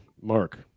Mark